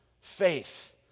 Faith